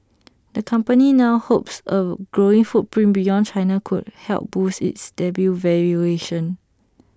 the company now hopes A growing footprint beyond China could help boost its debut valuation